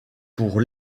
pour